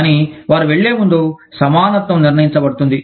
కానీ వారు వెళ్ళే ముందు సమానత్వం నిర్ణయించబడుతుంది